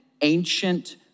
ancient